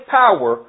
power